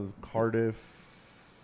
Cardiff